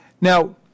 Now